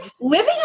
living